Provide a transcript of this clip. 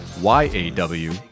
y-a-w